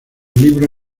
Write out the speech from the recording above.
libro